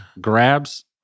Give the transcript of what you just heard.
grabs